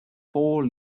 four